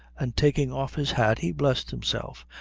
and taking off his hat he blessed himself,